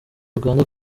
uganda